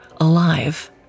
alive